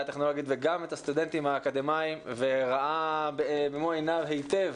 טכנולוגית וגם את הסטודנטים האקדמאים וראה במו עיניו היטב